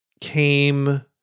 came